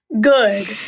good